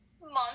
month